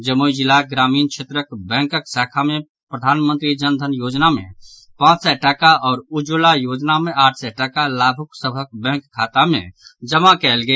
जमुई जिलाक ग्रामीण क्षेत्रक बैंकक शाखा मे प्रधानमंत्री जन धन योजना मे पांच सय टका आओर उज्ज्वला योजना मे आठ सय टका लाभुक सभक बैंक खाता मे जमा कयल गेल